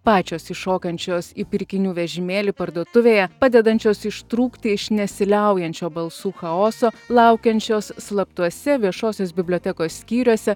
pačios įšokančios į pirkinių vežimėlį parduotuvėje padedančios ištrūkti iš nesiliaujančio balsų chaoso laukiančios slaptuose viešosios bibliotekos skyriuose